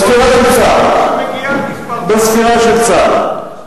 בספירה של צה"ל, בספירה של צה"ל.